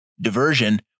diversion